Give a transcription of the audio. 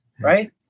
Right